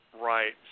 Right